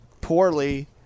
poorly